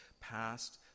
past